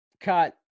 cut